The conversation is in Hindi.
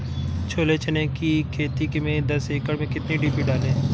छोले चने की खेती में दस एकड़ में कितनी डी.पी डालें?